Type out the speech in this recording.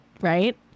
right